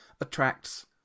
attracts